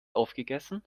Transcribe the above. aufgegessen